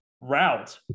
route